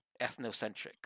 ethnocentric